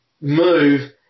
move